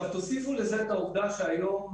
תוסיפו לזה את העובדה שהיום,